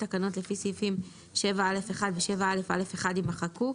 תקנות לפי סעיפים 7(א)(1) ו-7א(א)(1)" יימחקו,